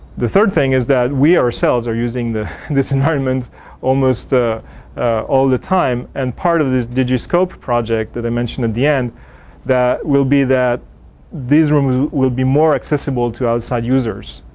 the third thing is that we ourselves are using the this environment almost ah all the time and part of this digiscope project that i mentioned in the end that will be that these rooms will be more accessible to outside users.